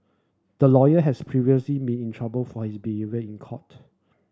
the lawyer has previous in been trouble for his behaviour in court